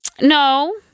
no